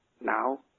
Now